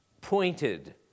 pointed